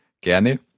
Gerne